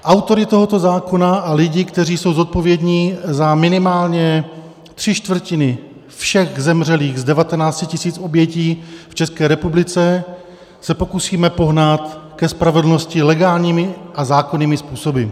Autory tohoto zákona a lidi, kteří jsou zodpovědní za minimálně tři čtvrtiny všech zemřelých z 19 000 obětí v České republice, se pokusíme pohnat ke spravedlnosti legálními a zákonnými způsoby.